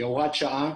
כהוראת שעה.